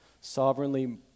sovereignly